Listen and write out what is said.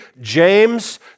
James